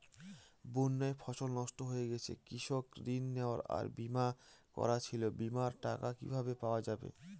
বন্যায় ফসল নষ্ট হয়ে গেছে কৃষি ঋণ নেওয়া আর বিমা করা ছিল বিমার টাকা কিভাবে পাওয়া যাবে?